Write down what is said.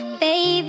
baby